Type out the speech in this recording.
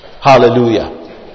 Hallelujah